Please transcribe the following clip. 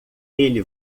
ele